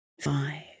five